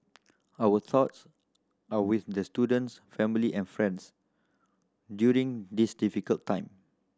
our thoughts are with the student's family and friends during this difficult time